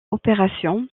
opérations